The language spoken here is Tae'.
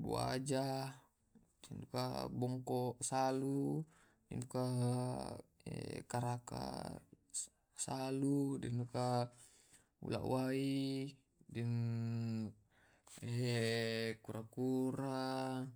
buaja, bongko salu, karaka salu, deng uka, ula wai, den kura-kura.